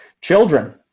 children